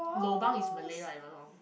lobang is malay right if I not wrong